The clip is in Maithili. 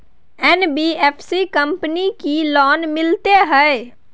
एन.बी.एफ.सी कंपनी की लोन मिलते है?